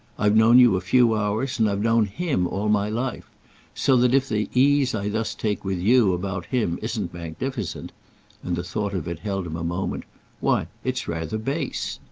i've known you a few hours, and i've known him all my life so that if the ease i thus take with you about him isn't magnificent and the thought of it held him a moment why it's rather base.